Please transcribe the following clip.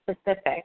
specific